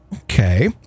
Okay